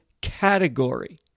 category